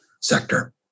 sector